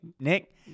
Nick